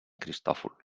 cristòfol